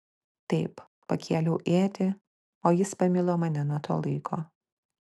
taip pakėliau ietį o jis pamilo mane nuo to laiko